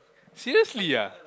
seriously ah